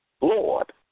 Lord